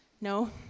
No